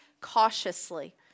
cautiously